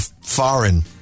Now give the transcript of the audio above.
foreign